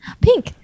pink